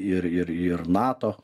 ir ir ir nato